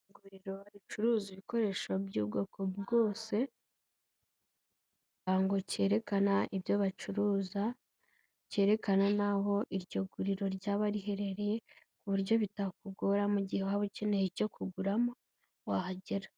Iguriro ricuruza ibikoresho by'ubwoko bwose, ikirango cyerekana ibyo bacuruza, cyerekana n'aho iryo guriro ryaba riherereye ku buryo bitakugora, mu gihe waba ukeneye icyo kuguramo wahagera.